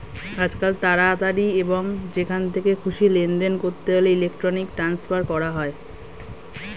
আজকাল তাড়াতাড়ি এবং যেখান থেকে খুশি লেনদেন করতে হলে ইলেক্ট্রনিক ট্রান্সফার করা হয়